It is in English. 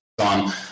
on